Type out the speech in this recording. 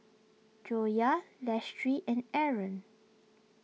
Joyah Lestari and Aaron